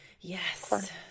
Yes